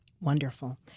Wonderful